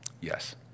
Yes